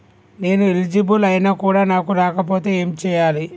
నేను ఎలిజిబుల్ ఐనా కూడా నాకు రాకపోతే ఏం చేయాలి?